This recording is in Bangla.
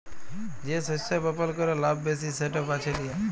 যে শস্য বপল ক্যরে লাভ ব্যাশি সেট বাছে লিয়া